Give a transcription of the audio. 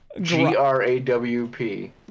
G-R-A-W-P